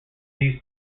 these